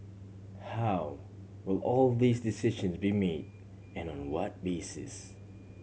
how will all these decision be made and on on what basis